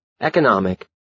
economic